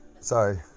Sorry